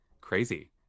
crazy